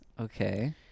Okay